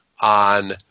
on